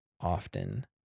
often